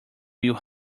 will